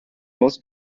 most